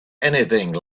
anything